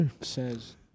says